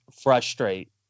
frustrate